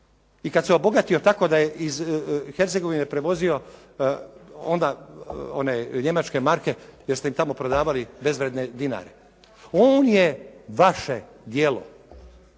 i kad se obogatio tako da je iz Hercegovine prevozio onda one njemačke marke jer ste im tamo prodavali bezvredne dinare. On je vaše djelo.